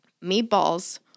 Meatballs